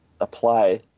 apply